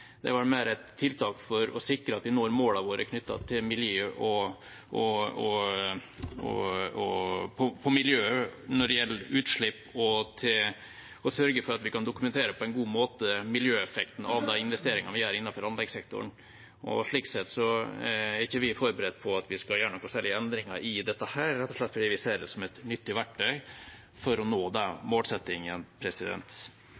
Det er vel mer et tiltak for å sikre at vi når målene våre knyttet til miljøet når det gjelder utslipp, og sørge for at vi kan dokumentere på en god måte miljøeffekten av de investeringene vi gjør innenfor anleggssektoren. Slik sett er ikke vi forberedt på at vi skal gjøre noen særlige endringer i dette, rett og slett fordi vi ser det som et nyttig verktøy for å nå